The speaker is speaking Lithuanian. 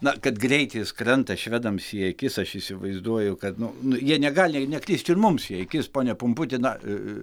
na kad greitis krenta švedams į akis aš įsivaizduoju kad nu nu jie negali nekristi ir mums į akis pone pumputi na